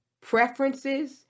preferences